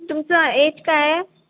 तुमचं एज काय आहे